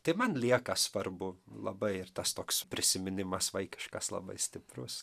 tai man lieka svarbu labai ir tas toks prisiminimas vaikiškas labai stiprus